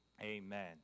Amen